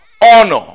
honor